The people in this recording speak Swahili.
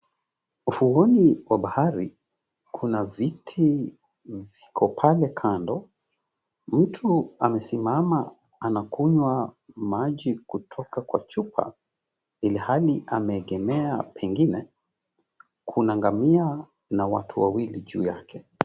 Ufuoni wa bahari kuna viti viko pale kando. Mtu anakunywa maji kutoka kwa chupa, ilhali ameegemea pengine. Kuna ngamia na watu wawili juu yake.